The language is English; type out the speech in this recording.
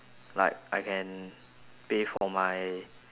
like I can pay for my